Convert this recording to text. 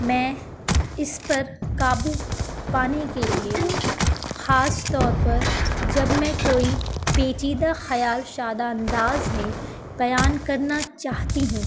میں اس پر قابو پانے کے لیے خاص طور پر جب میں کوئی پیچیدہ خیال سادہ انداز میں بیان کرنا چاہتی ہوں